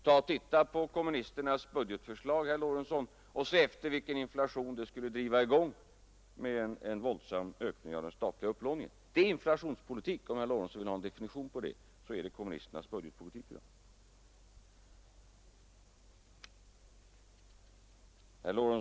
Titta på kommunisternas budgetförslag, herr Lorentzon, och se efter vilken inflation det skulle driva i gång med en våldsam ökning av den statliga upplåningen. Det är inflationspolitik.